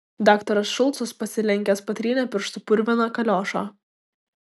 daktaras šulcas pasilenkęs patrynė pirštu purviną kaliošą